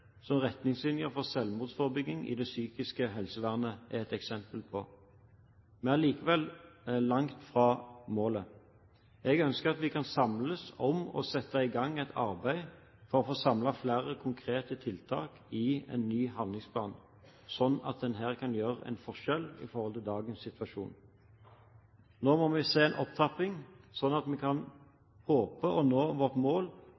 som retningslinjer for selvmordsforebygging i det psykiske helsevernet er et eksempel på, men vi er likevel langt fra målet. Jeg ønsker at vi kan samles om å sette i gang et arbeid for å få samlet flere konkrete tiltak i en ny handlingsplan, slik at en her kan gjøre en forskjell i forhold til dagens situasjon. Nå må vi se en opptrapping, slik at vi kan håpe å nå vårt mål